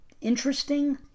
interesting